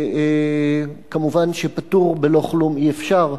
כמובן שפטור בלא כלום אי-אפשר.